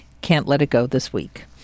can't-let-it-go-this-week